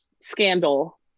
scandal